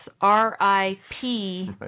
R-I-P